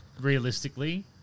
Realistically